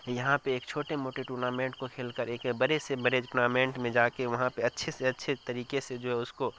یہاں پہ ایک چھوٹے موٹے ٹورنامنٹ کو کھیل کر ایک بڑے بڑے سے ٹورنامنٹ میں جا کے وہاں پہ اچھے سے اچھے طریقے سے جو ہے اس کو